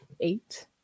eight